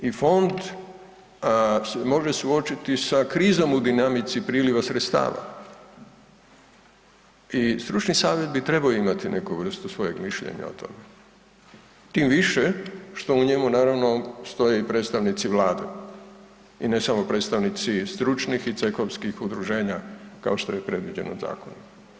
I fond se može suočiti sa krizom u dinamici priljeva sredstava i stručni savjet bi trebao imati neku vrstu svojeg mišljenja o tome tim više što u njemu naravno postoji predstavnici Vlade i ne samo predstavnici stručnih i cehovskih udruženja kao što je predviđeno zakonom.